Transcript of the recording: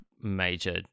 major